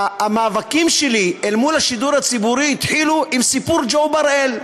המאבקים שלי אל מול השידור הציבורי התחילו עם סיפור ג'ו בראל,